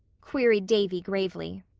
queried davy gravely.